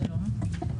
שלום.